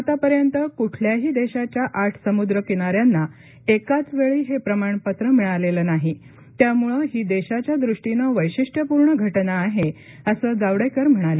आतापर्यंत कुठल्याही देशाच्या आठ समुद्रकिनाऱ्यांना एकाच वेळी हे प्रमाणपत्र मिळालेलं नाही त्यामुळे ही देशाच्या दृष्टीने वैशिष्ट्यपूर्ण घटना आहे असं जावडेकर म्हणाले